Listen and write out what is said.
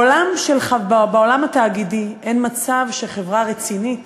בעולם התאגידי אין מצב שחברה רצינית